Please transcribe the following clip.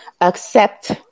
accept